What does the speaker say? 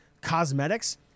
cosmetics